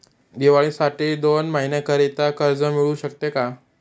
दिवाळीसाठी दोन महिन्याकरिता कर्ज मिळू शकते का?